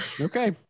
Okay